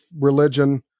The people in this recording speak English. religion